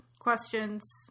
questions